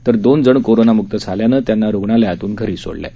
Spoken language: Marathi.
तर ोन जण कोरोनामुक्त झाल्यानं त्यांना रुग्णालयातून घरी सोडलं आहे